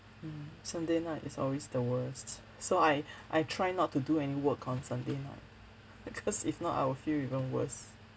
mm sunday night is always the worst so I I try not to do any work on sunday night because if not I will feel even worse